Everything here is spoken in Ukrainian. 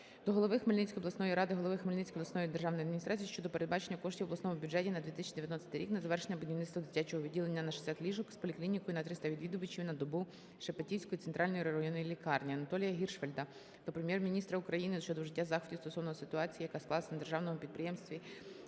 до голови Хмельницької обласної ради, голови Хмельницької обласної державної адміністрації щодо передбачення коштів в обласному бюджеті на 2019 рік на завершення будівництва дитячого відділення на 60 ліжок з поліклінікою на 300 відвідувачів на добу Шепетівської центральної районної лікарні. Анатолія Гіршфельда до Прем'єр-міністра України щодо вжиття заходів стосовно ситуації, яка склалась на державному підприємстві